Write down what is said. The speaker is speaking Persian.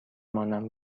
مانم